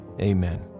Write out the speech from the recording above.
amen